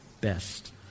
Best